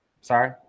Sorry